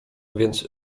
więc